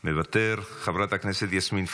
מוותר, חברת הכנסת יסמין פרידמן,